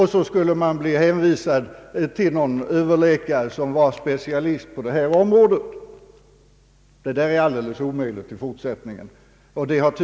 Då skulle man bli hänvisad till en överläkare, som var specialist på det aktuella området. Det är alldeles omöjligt i fortsättningen.